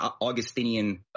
Augustinian